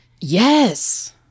Yes